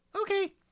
Okay